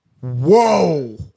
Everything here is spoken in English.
Whoa